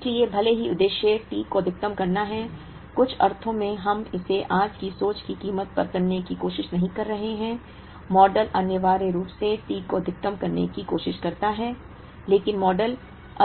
इसलिए भले ही उद्देश्य T को अधिकतम करना है कुछ अर्थों में हम इसे आज की सोच की कीमत पर करने की कोशिश नहीं कर रहे हैं मॉडल अनिवार्य रूप से T को अधिकतम करने की कोशिश करता है लेकिन मॉडल